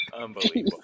Unbelievable